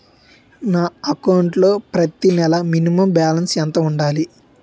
నా అకౌంట్ లో ప్రతి నెల మినిమం బాలన్స్ ఎంత ఉండాలి?